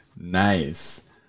Nice